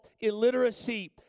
illiteracy